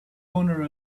owner